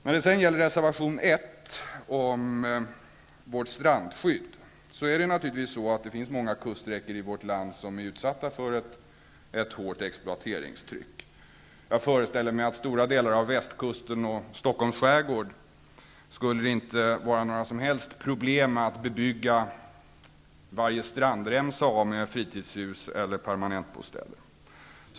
När det gäller reservation 1 om vårt strandskydd, vill jag säga att det naturligtvis finns många kuststräckor i vårt land som är utsatta för ett hårt exploateringstryck. Jag föreställer mig att det i stora delar av Västkusten och Stockholms skärgård inte skulle vara några som helst problem att bebygga varje strandremsa med fritidshus eller permanentbostäder.